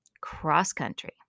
cross-country